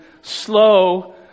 slow